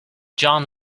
john